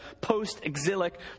post-exilic